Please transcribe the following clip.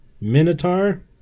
Minotaur